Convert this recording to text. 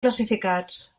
classificats